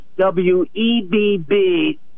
W-E-B-B